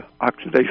oxidation